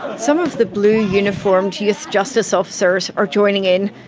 some of the blue-uniformed youth justice officers are joining in,